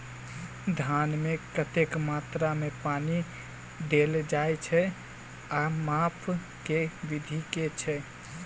धान मे कतेक मात्रा मे पानि देल जाएँ छैय आ माप केँ विधि केँ छैय?